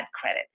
credit